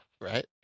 Right